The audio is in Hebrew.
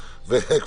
אני לא אומר,